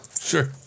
Sure